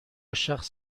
شخص